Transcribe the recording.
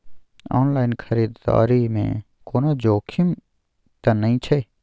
Online खरीददारी में कोनो जोखिम त नय छै?